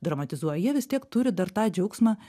dramatizuoja jie vis tiek turi dar tą džiaugsmą